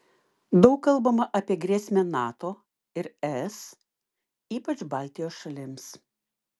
daug kalbama apie grėsmę nato ir es ypač baltijos šalims